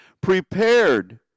prepared